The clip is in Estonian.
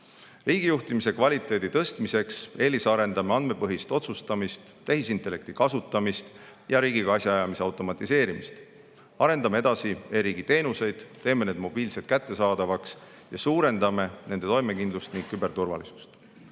Riigijuhtimise kvaliteedi tõstmiseks eelisarendame andmepõhist otsustamist, tehisintellekti kasutamist ja riigiga asjaajamise automatiseerimist. Arendame edasi e-riigi teenuseid, teeme need mobiilselt kättesaadavaks ja suurendame nende toimekindlust ning küberturvalisust.